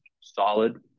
solid